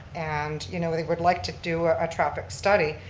and you know, we would like to do a traffic study,